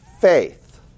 faith